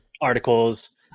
articles